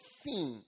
seen